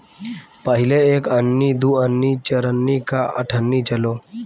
पहिले एक अन्नी, दू अन्नी, चरनी आ अठनी चलो